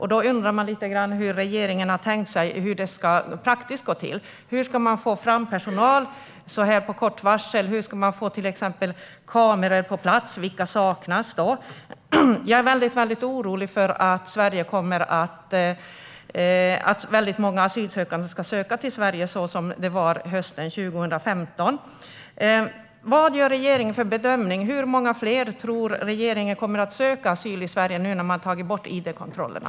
Hur har regeringen tänkt att det ska gå till rent praktiskt? Hur ska man få fram personal med så kort varsel? Hur ska man få till exempel kameror på plats? Vad saknas? Jag är orolig för att många asylsökande ska söka sig till Sverige på det sätt som skedde hösten 2015. Vad gör regeringen för bedömning? Hur många fler tror regeringen kommer att söka asyl i Sverige nu när man har tagit bort id-kontrollerna?